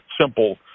simple